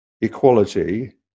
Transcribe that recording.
equality